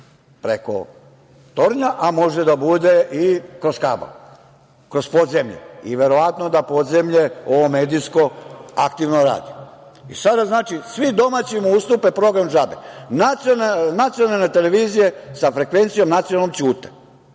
preko tornja, a može da bude i kroz kabal, kroz podzemlje. Verovatno da podzemlje ovo medijsko aktivno radi. Sada znači svim domaćim ustupe program džabe. Nacionalne televizije sa frekvencijom nacionalnom ćute.